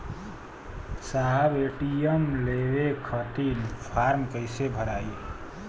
साहब ए.टी.एम लेवे खतीं फॉर्म कइसे भराई?